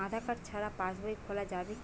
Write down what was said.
আধার card ছাড়া পাশবই খোলা যাবে কি?